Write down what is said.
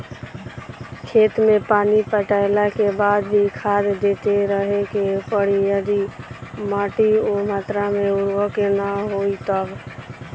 खेत मे पानी पटैला के बाद भी खाद देते रहे के पड़ी यदि माटी ओ मात्रा मे उर्वरक ना होई तब?